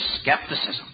skepticism